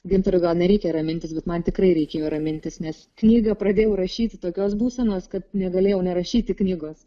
gintarui gal nereikia ramintis bet man tikrai reikėjo ramintis nes knygą pradėjau rašyti tokios būsenos kad negalėjau nerašyti knygos